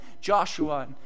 Joshua